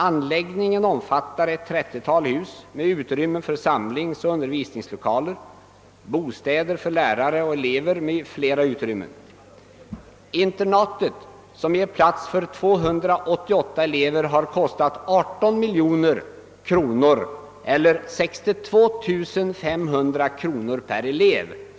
Anläggningen omfattar ett 30-tal hus med utrymme för samlingsoch undervisningslokaler, bostäder för lärare och elever m.m. Internatet, som ger plats för 288 elever, har kostat 18 miljoner kronor eller 62 500 kronor per elev.